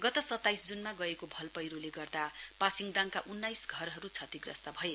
गत सताइस जूनमा गएको भलपैह्रोले गर्दा पासिदाङका उन्नाइस घरहरु क्षतिग्रहस्त भए